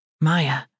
Maya